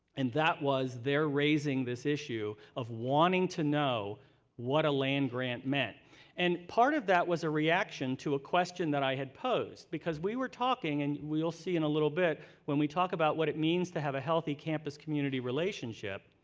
and that was they're raising this issue of wanting to know what a land-grant meant. and part of that was a reaction to a question i had posed. because we were talking, and we will see in a little bit when we talk about what it means to have a healthy campus community relationship,